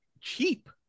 cheap